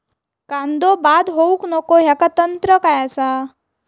कांदो बाद होऊक नको ह्याका तंत्र काय असा?